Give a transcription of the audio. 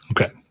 Okay